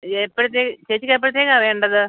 എപ്പോഴത്തെ ചേച്ചിക്ക് എപ്പോഴത്തേക്കാണ് വേണ്ടത്